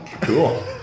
Cool